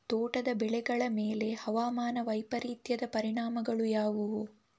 ತೋಟದ ಬೆಳೆಗಳ ಮೇಲೆ ಹವಾಮಾನ ವೈಪರೀತ್ಯದ ಪರಿಣಾಮಗಳು ಯಾವುವು?